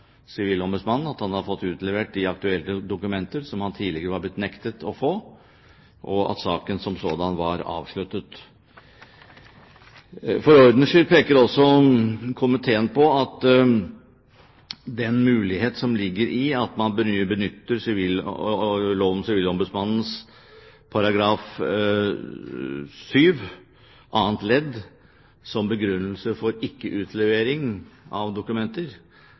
Sivilombudsmannen om at han hadde fått utlevert de aktuelle dokumenter som han tidligere var blitt nektet å få, og at saken som sådan var avsluttet. For ordens skyld peker også komiteen på den mulighet som ligger i at man benytter ombudsmannsloven § 7 annet ledd som begrunnelse for ikke-utlevering av dokumenter